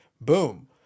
boom